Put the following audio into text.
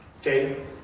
okay